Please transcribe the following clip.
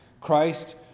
Christ